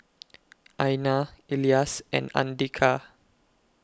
Aina Elyas and Andika